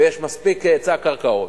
ויש מספיק היצע קרקעות.